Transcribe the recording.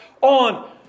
on